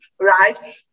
right